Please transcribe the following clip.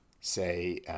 say